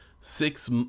six